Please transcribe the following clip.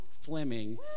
Fleming